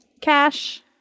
cash